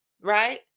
right